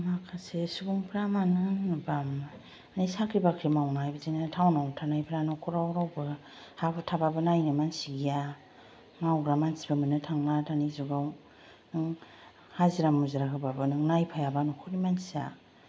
माखासे सुबुंफ्रा मानो होनोब्ला माने साख्रि बाख्रि मावना बिदिनो टाउन आव थानायफ्रा न'खरआव रावबो हा हु थाब्लाबो नायनो मानसि गैया मावग्रा मानसि मोननो थांला दानि जुगाव नों हाजिरा मुजिरा मावबाबो नायफायाब्ला न'खरनि मानसिआ